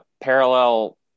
parallel